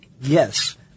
Yes